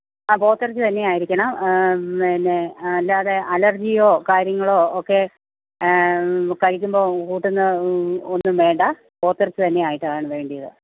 ആ പോത്തെറച്ചി തന്നെ ആയിരിക്കണം പിന്നെ അല്ലാതെ അലെര്ജിയോ കാര്യങ്ങളോ ഒക്കെ കഴിക്കുമ്പോൾ കൂട്ടുന്ന ഒന്നും വേണ്ടാ പോത്തെറച്ചി തന്നെ ആയിട്ടാണ് വേണ്ടിയത്